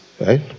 right